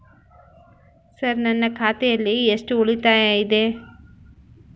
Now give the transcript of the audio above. Sir ನನ್ನ ಖಾತೆಯಲ್ಲಿ ಎಷ್ಟು ಉಳಿತಾಯ ಇದೆ?